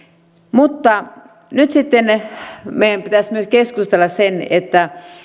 mutta nyt meidän pitäisi myös keskustella siitä että